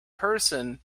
person